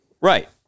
Right